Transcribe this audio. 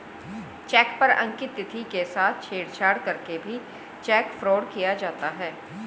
check पर अंकित तिथि के साथ छेड़छाड़ करके भी चेक फ्रॉड किया जाता है